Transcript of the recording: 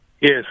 Yes